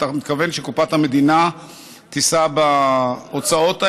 אתה מתכוון שקופת המדינה תישא בהוצאות האלה?